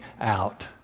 out